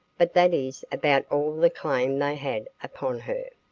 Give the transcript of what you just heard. but that is about all the claim they had upon her.